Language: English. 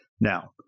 Now